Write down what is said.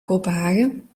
kopenhagen